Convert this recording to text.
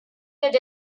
did